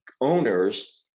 owners